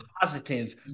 positive